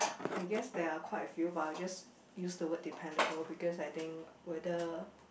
I guess there are quite a few but I'll just use the word dependable because I think whether